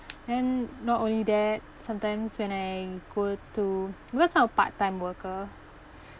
and then not only that sometimes when I go to because I'm a part time worker